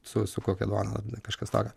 su su kokia duona kažkas tokio